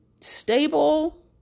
stable